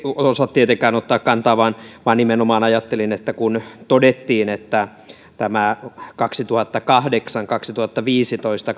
osaa tietenkään ottaa kantaa vaan vaan nimenomaan ajattelin että kun todettiin että kaksituhattakahdeksan viiva kaksituhattaviisitoista